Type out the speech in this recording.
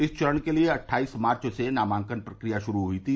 इस चरण के लिये अट्ठाईस मार्च से नामांकन प्रक्रिया शुरू हुई थी